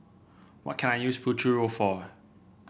what can I use Futuro for